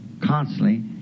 constantly